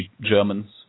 Germans